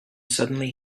suddenly